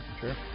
Sure